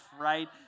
right